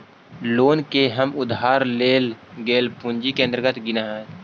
loan के हम उधार लेल गेल पूंजी के अंतर्गत गिनऽ हियई